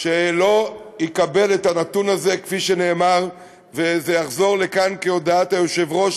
שלא יקבל את הנתון הזה כפי שנאמר ושזה יחזור לכאן כהודעת היושב-ראש,